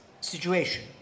situation